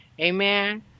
Amen